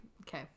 Okay